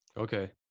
Okay